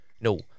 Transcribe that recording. No